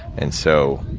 and so,